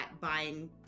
buying